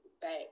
back